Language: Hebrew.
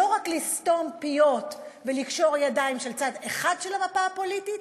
לא רק לסתום פיות ולקשור ידיים של צד אחד של המפה הפוליטית,